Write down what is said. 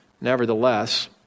nevertheless